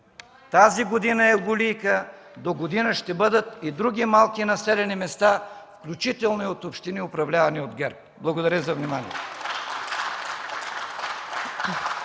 Тази година е Гулийка, догодина ще бъдат и други малки населени места, включително и от общини, управлявани от ГЕРБ. Благодаря за вниманието.